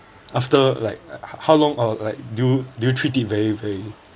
after like h~ how long or like do do you treat it very very